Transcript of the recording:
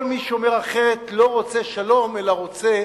כל מי שאומר אחרת לא רוצה שלום אלא רוצה